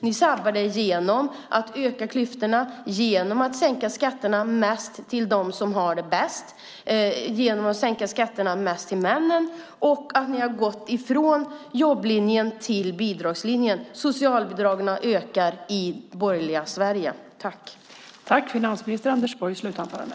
Ni sabbar genom att öka klyftorna, genom att sänka skatterna mest till dem som har det bäst, genom att sänka skatterna mest till männen och genom att gå ifrån jobblinjen till bidragslinjen. Socialbidragen ökar i det borgerliga Sverige!